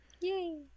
yay